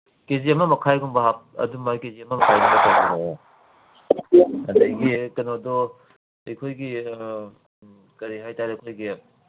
ꯀꯦ G ꯑꯃ ꯃꯈꯥꯏꯒꯨꯝꯕ ꯑꯗꯨꯃꯥꯏ ꯀꯦ ꯖꯤ ꯑꯃ ꯃꯈꯥꯏꯒꯨꯝꯕ ꯇꯧꯕꯤꯔꯛꯑꯣ ꯑꯗꯒꯤ ꯀꯩꯅꯣꯗꯣ ꯑꯩꯈꯣꯏꯒꯤ ꯀꯔꯤ ꯍꯥꯏ ꯇꯥꯔꯦ ꯑꯩꯈꯣꯏꯒꯤ